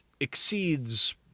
exceeds